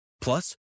Plus